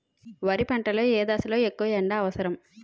వరి పంట లో ఏ దశ లొ ఎక్కువ ఎండా అవసరం?